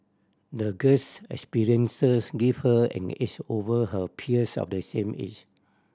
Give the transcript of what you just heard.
the girl's experiences give her an edge over her peers of the same age